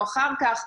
או אחר כך,